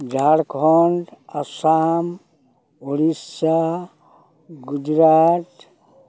Jharkhand Assam Odisha Gujarat